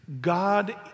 God